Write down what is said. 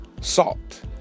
salt